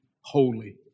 holy